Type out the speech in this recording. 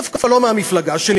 והוא דווקא לא מהמפלגה שלי,